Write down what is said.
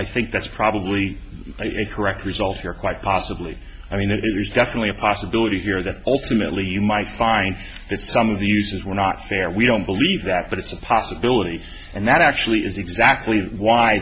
i think that's probably a correct result here quite possibly i mean there's definitely a possibility here that ultimately you might find that some of the uses were not there we don't believe that but it's a possibility and that actually is exactly why